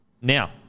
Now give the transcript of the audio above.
Now